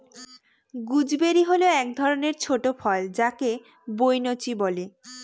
gooseberry হল এক ধরনের ছোট ফল যাকে বৈনচি বলে